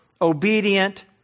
obedient